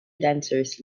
dancers